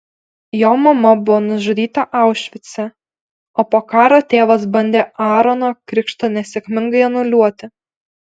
jo mama buvo nužudyta aušvice o po karo tėvas bandė aarono krikštą nesėkmingai anuliuoti